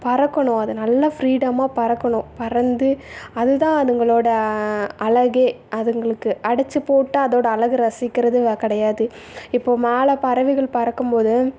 பறக்கணும் அது நல்லா ஃப்ரீடமாக பறக்கணும் பறந்து அதுதான் அதுங்களோடய அழகே அதுங்களுக்கு அடைச்சி போட்டு அதோடய அழக ரசிக்கிறது கிடையாது இப்போது மேலே பறவைகள் பறக்கும்போது